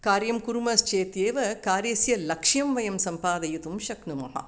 कार्यं कुर्मश्चेत् एव कार्यस्य लक्ष्यं वयं सम्पादयितुं शक्नुमः